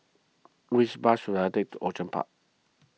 which bus should I take to Outram Park